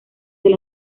del